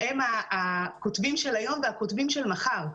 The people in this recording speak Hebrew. שהם הכותבים של היום והכותבים של מחר,